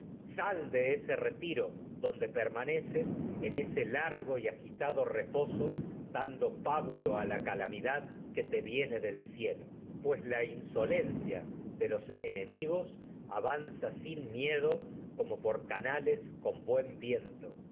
sal de ese retiro donde permaneces a en ese largo y agitado reposo dando pábulo la calamidad que te viene del cielo pues la insolen como por cia de los enemigos avanza sin miedo canales con buen viento